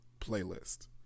playlist